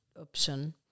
option